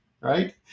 right